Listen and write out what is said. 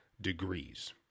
degrees